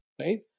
right